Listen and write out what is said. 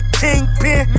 kingpin